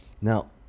Now